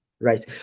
right